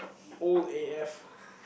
old A_F